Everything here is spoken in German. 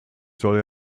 soll